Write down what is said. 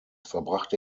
verbrachte